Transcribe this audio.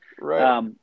Right